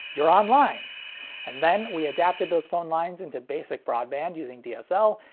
you're online! and then, we adapted those phone lines into basic broadband using dsl,